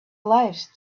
lives